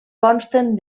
consten